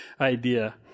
idea